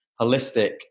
holistic